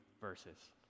verses